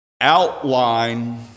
outline